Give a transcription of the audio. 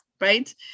right